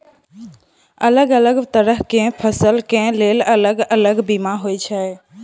अलग अलग तरह केँ फसल केँ लेल अलग अलग बीमा होइ छै?